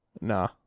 Nah